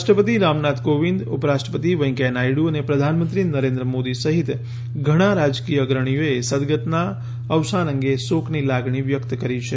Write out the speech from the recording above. રાષ્ટ્રપતિ રામનાથ કોવિંદ ઉપરાષ્ટ્રપતિ વેંકૈયા નાયડુ અને પ્રધાનમંત્રી નરેન્દ્ર મોદી સહિત ધણા રાજકીય અગ્રણીઓએ સદગતનાં અવસાન અંગે શોકની લાગણી વ્યકત કરી છે